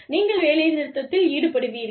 நீங்கள் வேலைநிறுத்தத்தில் ஈடுபடுவீர்கள்